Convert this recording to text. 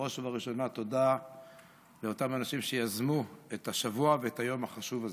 בראש וראשונה תודה לאותם אנשים שיזמו את השבוע ואת היום החשוב הזה.